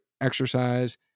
exercise